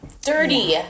dirty